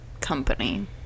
company